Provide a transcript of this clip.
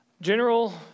General